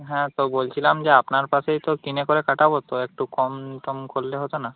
হ্যাঁ তো বলছিলাম যে আপনার কাছেই তো কিনে পরে কাটাবো তো একটু কম টম করলে হতোনা